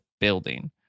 building